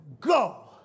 go